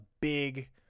big